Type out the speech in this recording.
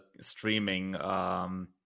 streaming